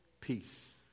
Peace